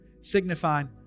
signifying